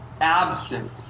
absent